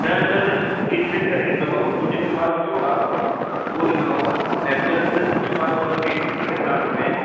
न न न ट्रीटमेंट करे ॾींदोमांव मूं वटि जेको मालु पियो आहे उहो ॾींदोमांव ऐं प्लस ऐं जंहिं माल में ट्रीटमेंट कयो आहे प्लांट में